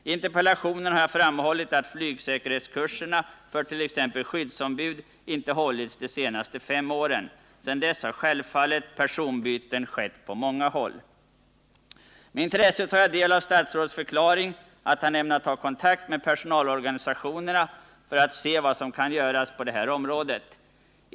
I interpellationen har jag framhållit att flygsäkerhetskurserna för t.ex. skyddsombud inte hållits de senaste fem åren. Sedan dess har självfallet personbyten skett på många håll. Med intresse tar jag del av statsrådets förklaring att han ämnar ta kontakt med personalorganisationerna för att se vad som kan göras på detta område.